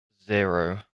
zero